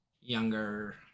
younger